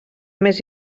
més